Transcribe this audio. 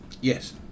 Yes